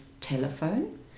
telephone